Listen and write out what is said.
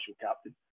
captain